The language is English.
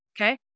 Okay